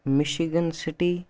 michigan city